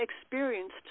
experienced